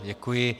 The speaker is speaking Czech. Děkuji.